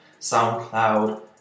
soundcloud